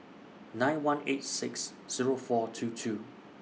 nine one eight six Zero four two two